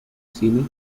cine